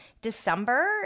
December